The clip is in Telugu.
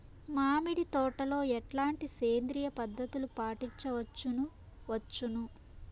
మామిడి తోటలో ఎట్లాంటి సేంద్రియ పద్ధతులు పాటించవచ్చును వచ్చును?